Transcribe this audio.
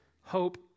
hope